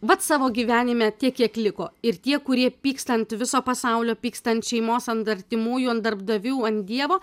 vat savo gyvenime tiek kiek liko ir tie kurie pyksta ant viso pasaulio pyksta ant šeimos ant artimųjų ant darbdavių ant dievo